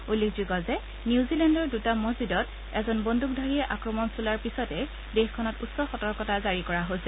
উল্লেখযোগ্য যে নিউজিলেণ্ডৰ দুটা মছজিদত এজন বন্দুকধাৰীয়ে আক্ৰমণ চলোৱাৰ পিছতেই দেশখনত উচ্চ সতৰ্কতা জাৰী কৰা হৈছে